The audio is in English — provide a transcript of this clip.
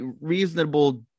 reasonable